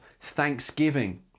thanksgiving